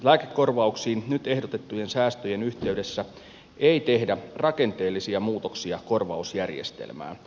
lääkekorvauksiin nyt ehdotettujen säästöjen yhteydessä ei tehdä rakenteellisia muutoksia korvausjärjestelmään